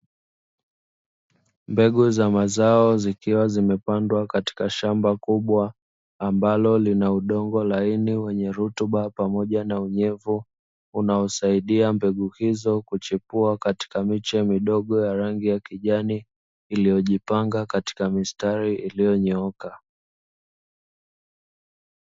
Mbegu za mazao zikiwa zimepandwa katika shamba kubwa, ambalo lina udongo laini wenye rutuba pamoja na unyevu unaosaidia mbegu hizo, kuchipua katika miche midogo ya rangi ya kijani iliyojipanga katika mistari iliyonyooka.